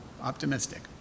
optimistic